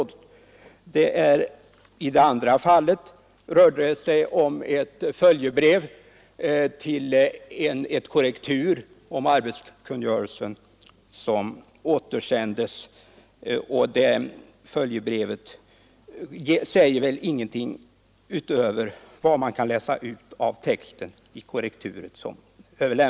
Det andra brevet var ett följebrev till ett korrektur om en kungörelse som återsändes, och det följebrevet säger väl ingenting utöver vad man kan läsa ut av texten i det översända korrekturet.